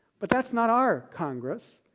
but that's not our congress.